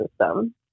system